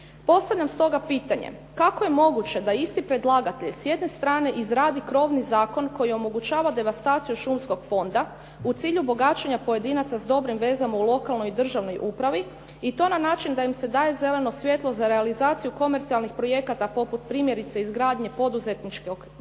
Postavljam stoga pitanje kako je moguće da isti predlagatelj s jedne strane izradi krovni zakon koji omogućava devastaciju šumskog fonda u cilju bogaćenja pojedinaca s dobrim vezama u lokalnoj i državnoj upravi i to na način da im se daje zeleno svjetlo za realizaciju komercijalnih projekata poput primjerice izgradnje poduzetničkih zona